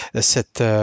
cette